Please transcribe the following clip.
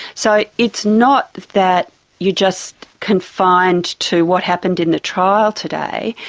so it's not that you're just confined to what happened in the trial today,